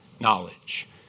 knowledge